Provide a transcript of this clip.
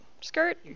skirt